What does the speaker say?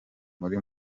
muri